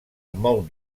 molt